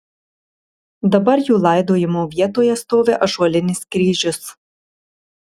dabar jų laidojimo vietoje stovi ąžuolinis kryžius